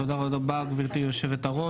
תודה רבה, גברתי היו"ר.